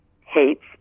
hates